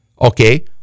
okay